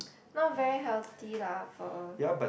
not very healthy lah for